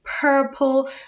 purple